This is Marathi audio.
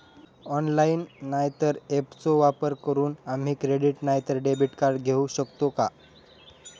ऑनलाइन नाय तर ऍपचो वापर करून आम्ही क्रेडिट नाय तर डेबिट कार्ड घेऊ शकतो का?